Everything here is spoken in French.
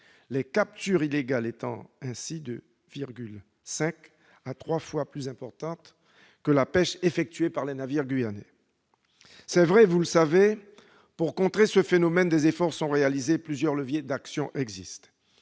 les captures illégales étant ainsi 2,5 à 3 fois plus importantes que la pêche effectuée par les navires guyanais. Vous le savez, pour contrer ce phénomène, des efforts sont réalisés et plusieurs leviers d'action existent.